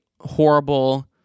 horrible